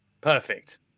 perfect